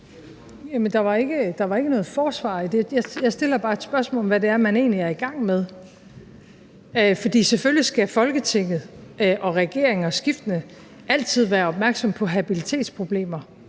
der var ikke noget forsvar i det. Jeg stiller bare et spørgsmål, nemlig hvad det egentlig er, man er i gang med. For selvfølgelig skal Folketinget og skiftende regeringer altid være opmærksomme på habilitetsproblemer.